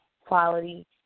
quality